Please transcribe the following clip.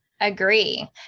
Agree